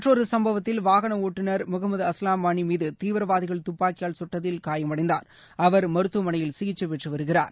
மற்றொருசம்பவத்தில் வாகனஒட்டுநர் முகம்மது அஸ்வம் வானிமீதுதீவிரவாதிகள் துப்பாக்கியால் சுட்டதில் காயமடைந்தார் அவர் மருத்துவமனையில் சிகிச்சைபெற்றுவருகிறார்